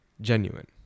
Genuine